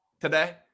today